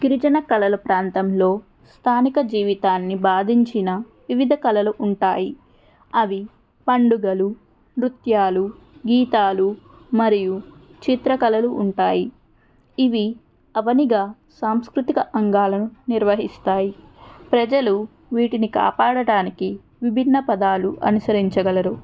గిరిజన కళల ప్రాంతంలో స్థానిక జీవితాన్ని బాధించిన వివిధ కళాలు ఉంటాయి అవి పండుగలు నృత్యాలు గీతాలు మరియు చిత్రకళలు ఉంటాయి ఇవి అవనిగా సాంస్కృతిక అంగాలను నిర్వహిస్తాయి ప్రజలు వీటిని కాపాడటానికి విభిన్న పదాలు అనుసరించగలరు